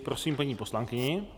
Prosím paní poslankyni.